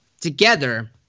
together